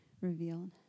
revealed